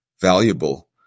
valuable